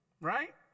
right